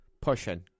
Pushing